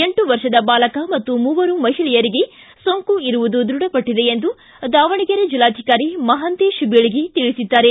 ಎಂಟು ವರ್ಷದ ಬಾಲಕ ಮತ್ತು ಮೂವರು ಮಹಿಳೆಯರಿಗೆ ಸೋಂಕು ಇರುವುದು ದೃಢಪಟ್ಟದೆ ಎಂದು ದಾವಣಗೆರೆ ಜಿಲ್ಲಾಧಿಕಾರಿ ಮಹಾಂತೇಶ ಬೀಳಗಿ ತಿಳಿಸಿದ್ದಾರೆ